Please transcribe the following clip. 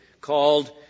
called